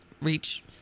reach